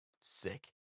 sick